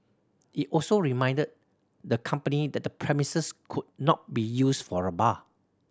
it also reminded the company that the premises could not be used for a bar